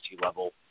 level